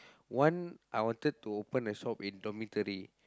one I wanted to open a shop in dormitory